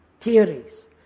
Theories